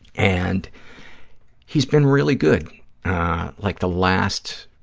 and he's been really good like the last,